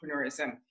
entrepreneurism